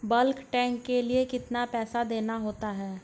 Bulk tank के लिए कितना पैसा देना होता है?